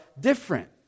different